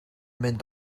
mynd